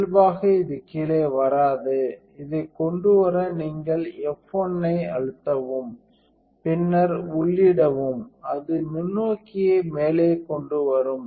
இயல்பாக இது கீழே வராது இதை கொண்டு வர நீங்கள் F 1 ஐ அழுத்தவும் பின்னர் உள்ளிடவும் அது நுண்ணோக்கியை மேலே கொண்டு வரும்